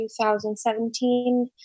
2017